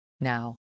now